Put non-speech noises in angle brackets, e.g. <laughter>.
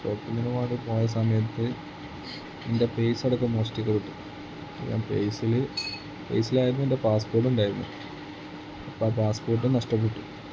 ഷോപ്പിങ്ങിന് വേണ്ടി പോയ സമയത്ത് എൻ്റെ പേഴ്സടക്കം <unintelligible> കിട്ടും ഞാൻ പേഴ്സിൽ പേഴ്സിലായിരുന്നു എൻ്റെ പാസ്പോർട്ട് ഉണ്ടായിരുന്നു അപ്പം ആ പാസ്പോർട്ട് നഷ്ടപ്പെട്ടു